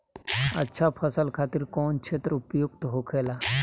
अच्छा फसल खातिर कौन क्षेत्र उपयुक्त होखेला?